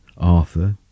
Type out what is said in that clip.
Arthur